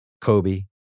Kobe